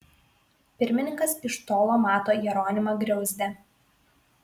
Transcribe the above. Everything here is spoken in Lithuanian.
pirmininkas iš tolo mato jeronimą griauzdę